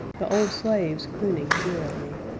the old slaves crooning eerily.